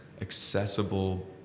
accessible